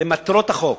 למטרות החוק.